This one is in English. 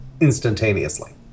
instantaneously